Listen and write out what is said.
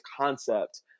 concept